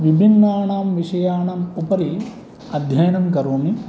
विभिन्नानां विषयाणामुपरि अध्ययनं करोमि